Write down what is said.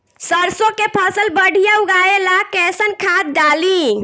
सरसों के फसल बढ़िया उगावे ला कैसन खाद डाली?